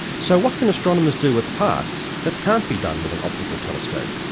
so what can astronomers do with parkes that can't be done with an optical telescope?